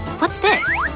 what's this?